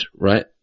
right